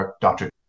Dr